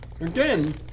again